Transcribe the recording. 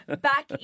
back